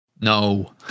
no